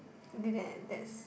did that and that's